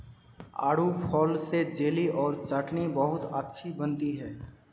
आड़ू फल से जेली और चटनी बहुत अच्छी बनती है